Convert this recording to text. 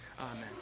Amen